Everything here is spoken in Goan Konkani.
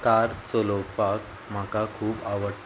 कार चलोवपाक म्हाका खूब आवडटा